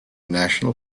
national